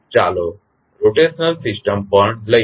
ચાલો rotational system પણ લઈએ